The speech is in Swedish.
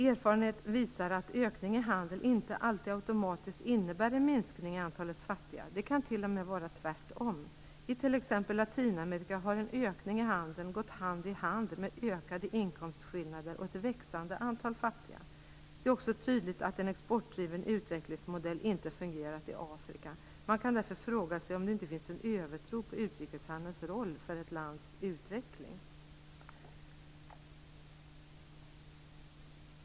Erfarenheten visar att en ökning i handeln inte alltid automatiskt innebär en minskning av antalet fattiga. Det kan t.o.m. vara tvärtom. I Latinamerika har t.ex. en ökning i handeln gått hand i hand med ökade inkomstskillnader och ett växande antal fattiga. Det är också tydligt att en exportdriven utvecklingsmodell inte fungerat i Afrika. Man kan därför fråga sig om det inte finns en övertro på utrikeshandelns roll för ett lands utveckling.